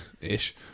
ish